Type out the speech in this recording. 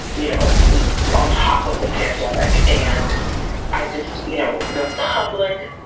you know on top of the pandemic. and i just. you know the public